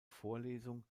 vorlesung